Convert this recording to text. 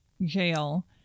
jail